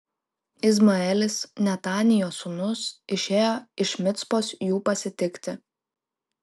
izmaelis netanijo sūnus išėjo iš micpos jų pasitikti